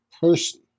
person